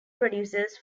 producers